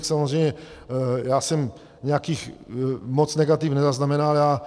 Samozřejmě já jsem nějakých moc negativ nezaznamenal.